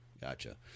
gotcha